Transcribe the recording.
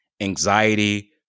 anxiety